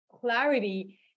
clarity